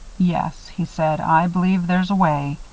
yes, he said, i believe there's a way.